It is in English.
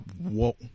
Whoa